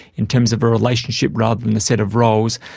in terms of a relationship rather than a set of roles.